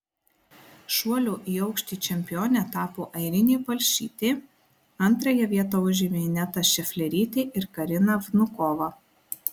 šuolio į aukštį čempione tapo airinė palšytė antrąją vietą užėmė ineta šeflerytė ir karina vnukova